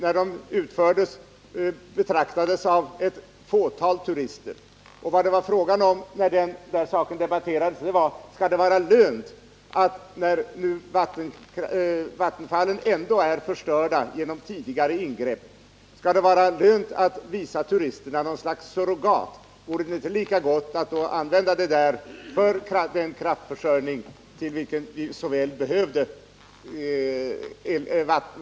Vad vi diskuterade när den saken debatterades var: Skall det vara lönt, när vattenfallen ändå är förstörda genom tidigare ingrepp, att visa turisterna något slags surrogat? Vore det inte lika gott att använda vattnet från Stora Sjöfallet för att få den kraft som vi så väl behövde?